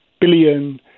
billion